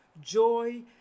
joy